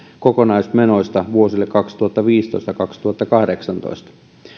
kokonaismenoista vuosille kaksituhattaviisitoista viiva kaksituhattakahdeksantoista